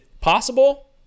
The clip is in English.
possible